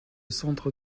centre